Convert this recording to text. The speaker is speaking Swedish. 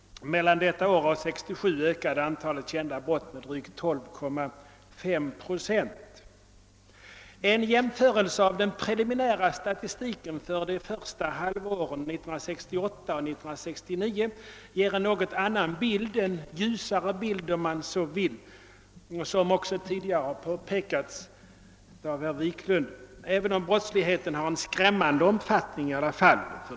Mellan 1967 och detta år ökade antalet kända brott med drygt 12,5 procent. En jämförelse av den preliminära statistiken mellan de första halvåren 1968 och 1969 ger en något annan bild — en något ljusare bild, om man så vill, vilket tidigare har påpekats av herr Wiklund — även om brottsligheten har en skrämmande omfattning i alla fall.